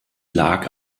lag